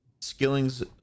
skillings